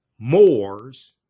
Moors